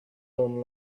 own